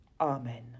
Amen